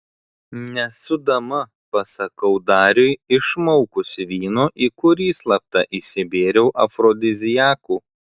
nesu dama pasakau dariui išmaukusi vyno į kurį slapta įsibėriau afrodiziakų